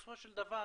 בסופו של דבר